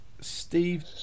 Steve